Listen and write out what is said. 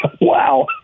Wow